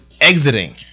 exiting